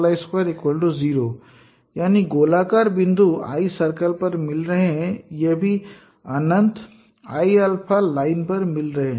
यानी गोलाकार बिंदु I सर्कल पर मिल रहे है और यह भी अनंत Iα पर लाइन पर मिल रहे है